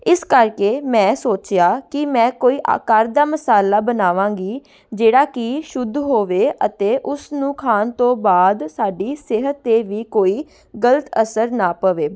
ਇਸ ਕਰਕੇ ਮੈਂ ਸੋਚਿਆ ਕਿ ਮੈਂ ਕੋਈ ਆ ਘਰ ਦਾ ਮਸਾਲਾ ਬਣਾਵਾਂਗੀ ਜਿਹੜਾ ਕਿ ਸ਼ੁੱਧ ਹੋਵੇ ਅਤੇ ਉਸਨੂੰ ਖਾਣ ਤੋਂ ਬਾਅਦ ਸਾਡੀ ਸਿਹਤ 'ਤੇ ਵੀ ਕੋਈ ਗਲਤ ਅਸਰ ਨਾ ਪਵੇ